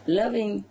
loving